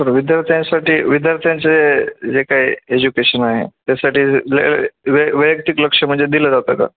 तर विद्यार्थ्यांसाठी विद्यार्थ्यांचे जे काय एज्युकेशन आहे त्यासाठी वैयक्तिक लक्ष म्हणजे दिलं जातं का